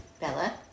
Bella